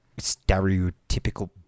stereotypical